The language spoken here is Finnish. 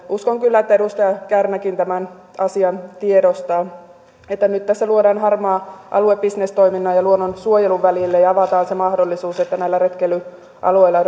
uskon kyllä että edustaja kärnäkin tämän asian tiedostaa että nyt tässä luodaan harmaa alue bisnestoiminnan ja luonnonsuojelun välille ja avataan se mahdollisuus että näillä retkeilyalueilla